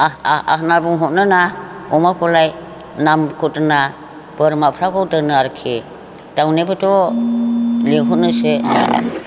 आ आ आ होनना बुंह'रो ना अमखौलाय नामखौ दोना बोरमाफोराखौ दोनो आरोखि दाउनिखौथ' लिंहरोसो